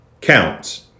counts